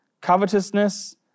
covetousness